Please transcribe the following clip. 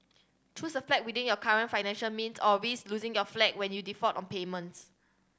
choose a flat within your current financial means or risk losing your flat when you default on payments